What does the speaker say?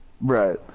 Right